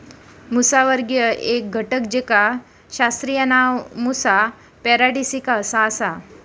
मुसावर्गीय एक घटक जेचा शास्त्रीय नाव मुसा पॅराडिसिका असा आसा